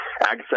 access